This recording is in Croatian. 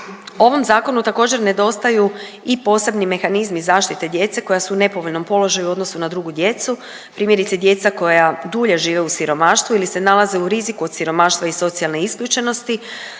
Ovom zakonu također nedostaju i posebni mehanizmi zaštite djece koja su u nepovoljnom položaju u odnosu na drugu djecu, primjerice djeca koja dulje žive u siromaštvu ili se nalaze u riziku od siromaštva i socijalne isključenosti,